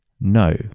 No